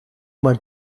mein